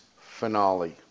finale